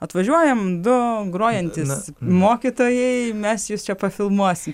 atvažiuojam du grojantys mokytojai mes jus čia pafilmuosim